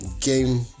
game